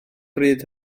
bryd